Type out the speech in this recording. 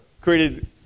created